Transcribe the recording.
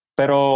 pero